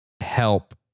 help